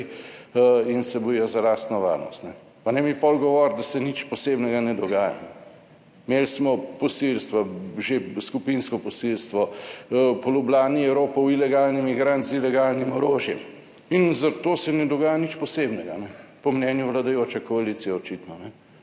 in se bojijo za lastno varnost pa ne mi potem govoriti, da se nič posebnega ne dogaja. Imeli smo posilstva, že skupinsko posilstvo, po Ljubljani je ropal ilegalni migrant z ilegalnim orožjem. In za to se ne dogaja nič posebnega, po mnenju vladajoče koalicije očitno.